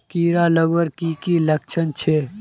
कीड़ा लगवार की की लक्षण छे?